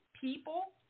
people